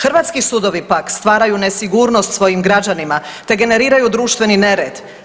Hrvatski sudovi pak stvaraju nesigurnost svojim građanima te generiraju društveni nered.